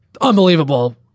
unbelievable